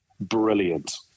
brilliant